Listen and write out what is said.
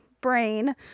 brain